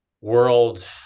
world